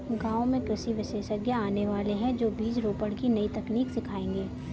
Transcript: गांव में कृषि विशेषज्ञ आने वाले है, जो बीज रोपण की नई तकनीक सिखाएंगे